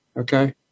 Okay